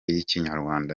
y’ikinyarwanda